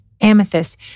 Amethyst